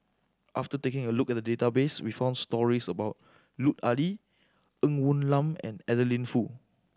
after taking a look at the database we found stories about Lut Ali Ng Woon Lam and Adeline Foo